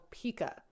Pika